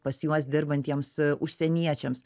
pas juos dirbantiems užsieniečiams